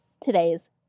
today's